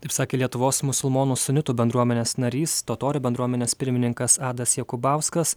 taip sakė lietuvos musulmonų sunitų bendruomenės narys totorių bendruomenės pirmininkas adas jakubauskas